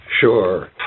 Sure